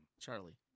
Charlie